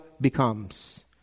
becomes